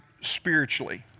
spiritually